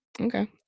Okay